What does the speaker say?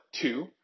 two